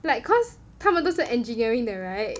like cause 他们都是 engineering 的 right